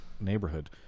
neighborhood